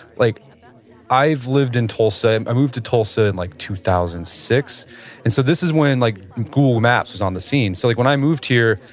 like i've lived in tulsa. and i moved to tulsa in like two thousand and six. and so this is when like google maps was on the scene. so like when i moved here,